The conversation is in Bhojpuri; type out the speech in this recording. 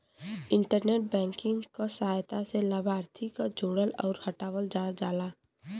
इंटरनेट बैंकिंग क सहायता से लाभार्थी क जोड़ल आउर हटावल जा सकल जाला